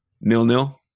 nil-nil